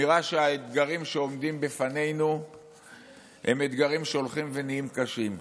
נראה שהאתגרים שעומדים בפנינו הם אתגרים שהולכים ונהיים קשים.